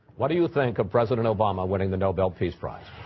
what do you think a president obama winning the nobel peace prize